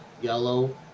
yellow